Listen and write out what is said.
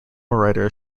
writer